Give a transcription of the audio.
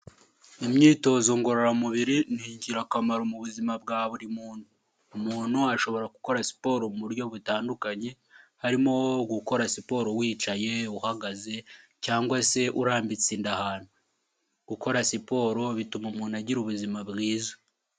Imyitozo ngorora mubiri ningirakamaro mu buzima bwa buri muntu. Umuntu ashobora gukora siporo mu buryo butandukanye harimo gukora siporo wicaye uhagaze cyangwa se urambitsinda inda ahantu. Gukora siporo bituma umuntu agira ubuzima bwiza.